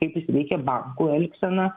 kaip jis veikia bankų elgseną